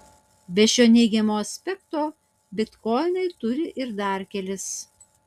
be šio neigiamo aspekto bitkoinai turi ir dar kelis